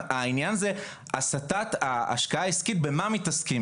העניין זה הסתת ההשקעה העסקית במה מתעסקים.